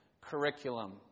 curriculum